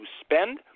spend –